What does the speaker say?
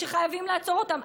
שחייבים לעצור אותם.